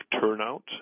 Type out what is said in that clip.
turnout